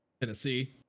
Tennessee